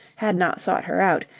had not sought her out,